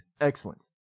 Excellent